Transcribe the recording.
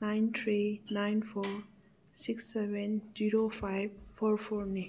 nine three nine four six seven zero five four ꯐꯣꯔꯅꯤ